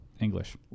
English